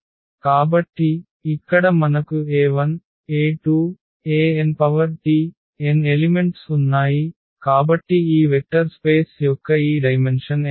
కాబట్టి ఇక్కడ మనకు e1e2enT n ఎలిమెంట్స్ ఉన్నాయి కాబట్టి ఈ వెక్టర్ స్పేస్ యొక్క ఈ డైమెన్షన్ n